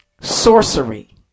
sorcery